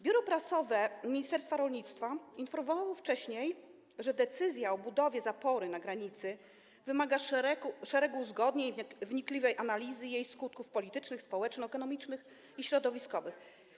Biuro Prasowe ministerstwa rolnictwa informowało wcześniej, że decyzja o budowie zapory na granicy wymaga szeregu uzgodnień, wnikliwej analizy jej skutków politycznych, społeczno-ekonomicznych i środowiskowych.